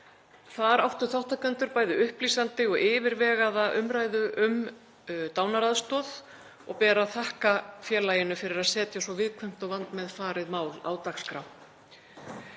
Þar áttu þátttakendur bæði upplýsandi og yfirvegaða umræðu um dánaraðstoð og ber að þakka félaginu fyrir að setja svo viðkvæmt og vandmeðfarið mál á dagskrá.